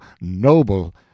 noble